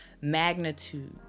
magnitude